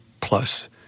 Plus